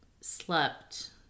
slept